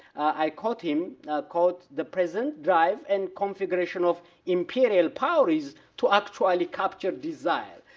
i called him quote, the present drive and configuration of imperial powers to actually capture desire.